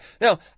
Now